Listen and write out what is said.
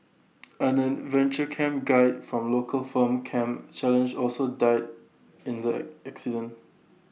an adventure camp guide from local firm camp challenge also died in the incident